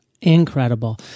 Incredible